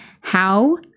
how-